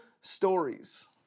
stories